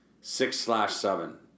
six-slash-seven